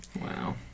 Wow